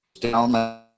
down